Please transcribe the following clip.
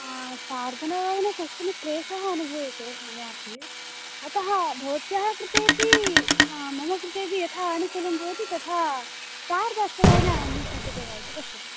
आ सार्धनववादने कश्चन क्लेषः अनुभुयते मयापि अतः भवत्याः कृते अपि मम कृते अपि यथा आनुकूल्यं भवति तथा सार्ध अष्टवादने आगन्तुं शक्यते वा इति पश्यतु